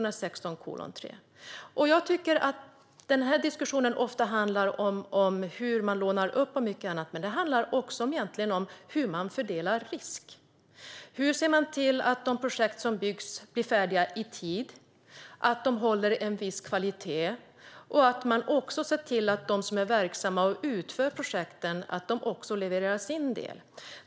Den här diskussionen handlar ofta om hur man lånar upp och mycket annat. Men den handlar också om hur man fördelar risk. Hur ser man till att de projekt som byggs blir färdiga i tid och håller en viss kvalitet och att de som är verksamma och utför projekten levererar sin del?